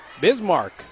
Bismarck